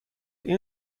این